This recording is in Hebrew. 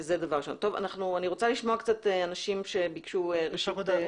אני רוצה לשמוע אנשים שביקשו להתייחס.